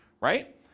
Right